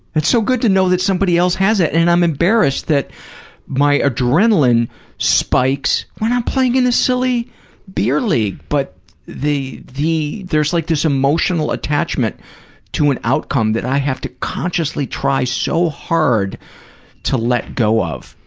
it's so good to know that somebody else has it and i'm embarrassed that my adrenaline spikes when i'm playing in a silly beer league. but the, there's like this emotional attachment to an outcome that i have to consciously try so hard to let go of.